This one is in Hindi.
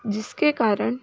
जिसके कारण